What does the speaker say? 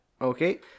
Okay